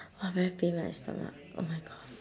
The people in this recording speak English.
!wah! very pain my stomach oh my god